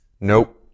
Nope